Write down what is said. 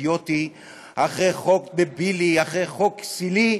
אידיוטי אחרי חוק דבילי אחרי חוק כסילי,